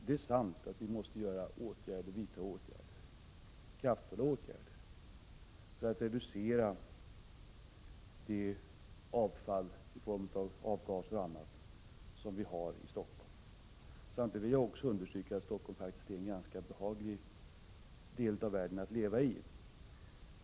Det är sant att vi måste vidtaga kraftfulla åtgärder för att reducera det avfall i form av avgaser osv. som vi har i Stockholm. Samtidigt vill jag understryka att Stockholm faktiskt är en ganska behaglig del av världen att leva i.